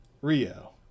Rio